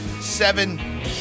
Seven